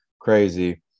crazy